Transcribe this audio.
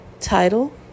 title